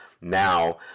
now